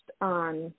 on